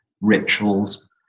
rituals